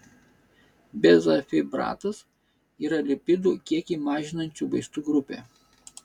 bezafibratas yra lipidų kiekį mažinančių vaistų grupė